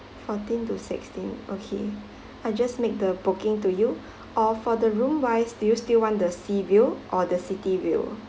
fourteen to sixteen okay I just make the booking to you or for the room wise do you still want the sea view or the city view